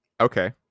Okay